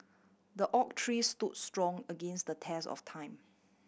the oak tree stood strong against the test of time